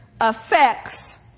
affects